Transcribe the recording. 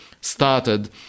started